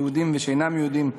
יהודים ושאינם יהודים,